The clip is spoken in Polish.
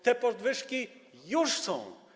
Te podwyżki już są.